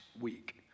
week